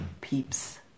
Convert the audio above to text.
peeps